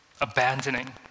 abandoning